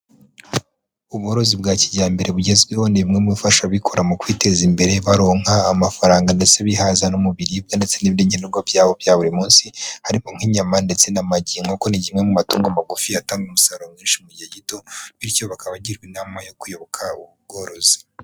Ubworozi bwa kijyambere bugezweho, ni bimwe mu bifasha ababikora mu kwiteza imbere, baronka amafaranga, ndetse bihaza no mu biribwa ,ndetse n'ibindi ngenerwa byabo bya buri munsi, ariko nk'inyama ndetse n'amagi, inkoko kuko ni kimwe mu matungo magufi atanga umusaruro mwishi mu gihe gito, bityo bakaba bagirwa inama yo kuyoboka ubworozi.